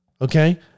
Okay